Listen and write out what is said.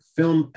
film